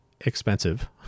expensive